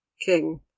king